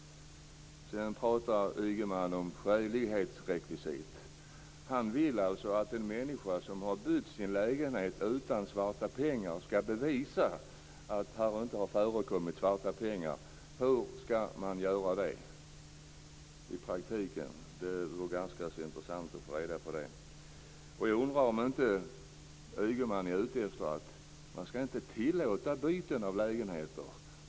Anders Ygeman pratar om skälighetsrekvisit. Han vill alltså att en människa som har bytt sin lägenhet utan svarta pengar skall bevisa att det inte har förekommit svarta pengar. Hur skall man göra det i praktiken? Det vore ganska intressant att få reda på det. Jag undrar om inte Ygeman är ute efter att man inte skall tillåta byten av lägenheter.